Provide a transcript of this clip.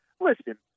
listen